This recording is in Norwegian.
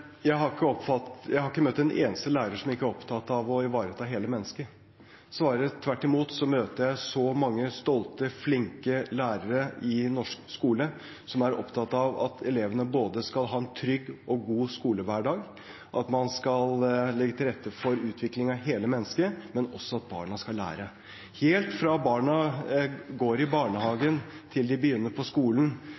Jeg har ikke møtt en eneste lærer som ikke er opptatt av å ivareta hele mennesket, snarere tvert imot. Jeg møter så mange stolte og flinke lærere i norsk skole, som er opptatt av at elevene skal ha en trygg og god skolehverdag, at man skal legge til rette for utvikling av hele mennesket, men også at barna skal lære. Helt fra barna går i